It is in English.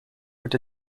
would